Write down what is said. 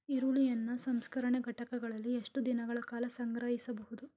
ಈರುಳ್ಳಿಯನ್ನು ಸಂಸ್ಕರಣಾ ಘಟಕಗಳಲ್ಲಿ ಎಷ್ಟು ದಿನಗಳ ಕಾಲ ಸಂಗ್ರಹಿಸಬಹುದು?